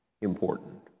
important